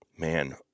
man